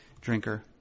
drinker